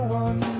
one